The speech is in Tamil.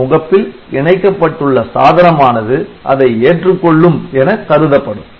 அந்த முகப்பில் இணைக்கப்பட்டுள்ள சாதனமானது அதை ஏற்றுக்கொள்ளும் என கருதப்படும்